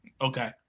okay